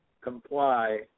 comply